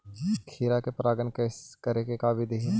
खिरा मे परागण करे के का बिधि है?